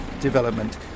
development